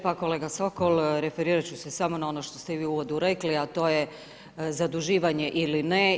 Pa kolega Sokol, referirat ću se samo na ono što ste i vi u uvodu rekli, a to je zaduživanje ili ne.